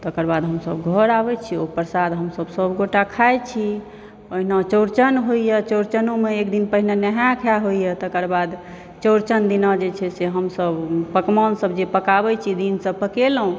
तकर बाद हमसभ घर आबैत छियै ओ प्रसाद हमसभ सभगोटा खाइ छी ओहिना चौरचन होइए चौरचनोमऽ एक दिन पहिने नहा खाय होइए तकर बाद चौरचन दिना जे छै से हमसभ पकवानसभ जे पकाबैत छी दिनसँ पकेलहुँ